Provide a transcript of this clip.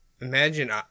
imagine